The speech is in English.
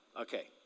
Okay